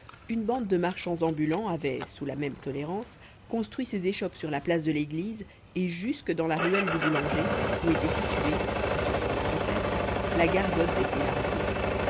une bande de marchands ambulants avait sous la même tolérance construit ses échoppes sur la place de l'église et jusque dans la ruelle du boulanger où était située on s'en souvient peut-être la gargote des